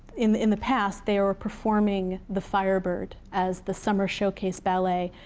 in in the past, they were performing the firebird as the summer showcase ballet.